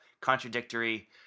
contradictory